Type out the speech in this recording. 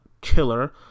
killer